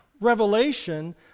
revelation